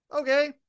Okay